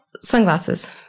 sunglasses